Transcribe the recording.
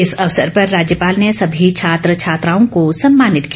इस अवसर पर राज्यपाल ने सभी छात्र छात्राओं को सम्मानित किया